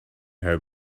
her